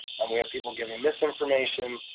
and we have people giving misinformation,